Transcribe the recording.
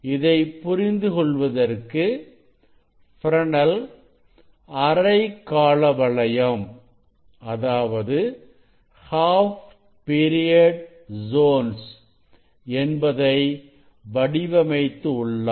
இதை புரிந்துகொள்வதற்கு ஃப்ரெனெல் அரைக்காலவளையம் என்பதை வடிவமைத்து உள்ளார்